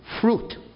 Fruit